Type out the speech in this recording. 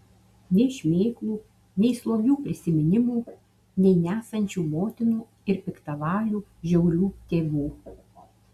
nei šmėklų nei slogių prisiminimų nei nesančių motinų ir piktavalių žiaurių tėvų